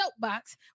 soapbox